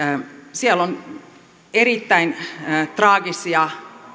siellä on erittäin traagisia